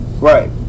Right